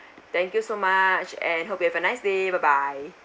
thank you so much and hope you have a nice day bye bye